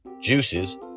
juices